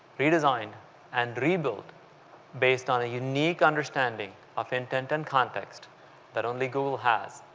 redesigned and rebuilt based on a unique understanding of intent and context that only google has.